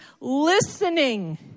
listening